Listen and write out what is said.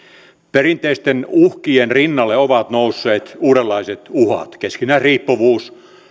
perinteisten uhkien rinnalle ovat nousseet uudenlaiset uhat keskinäisriippuvuus